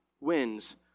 wins